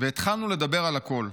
והתחלנו לדבר על הכול: